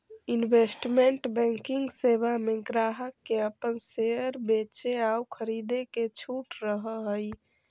investment banking सेवा में ग्राहक के अपन शेयर बेचे आउ खरीदे के छूट रहऽ हइ